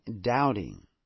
doubting